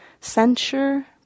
censure